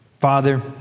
Father